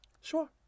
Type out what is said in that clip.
Sure